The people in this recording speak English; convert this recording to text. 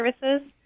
services